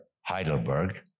Heidelberg